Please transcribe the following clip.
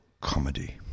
comedy